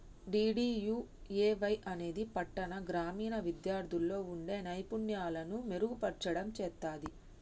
DDUAY అనేది పట్టాణ, గ్రామీణ విద్యార్థుల్లో వుండే నైపుణ్యాలను మెరుగుపర్చడం చేత్తది